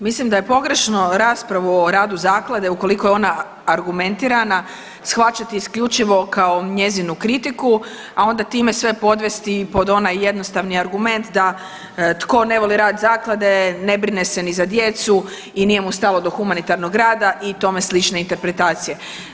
Mislim da je pogrešno raspravu o radu zaklade ukoliko je ona argumentirana shvaćati isključivo kao njezinu kritiku, a onda time sve podvesti pod onaj jednostavni argument da tko ne voli rad zaklade ne brine se ni za djecu i nije mu stalo do humanitarnog rada i tome slične interpretacije.